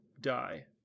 die